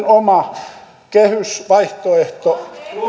oma vastuullinen kehysvaihtoehtonne